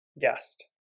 guest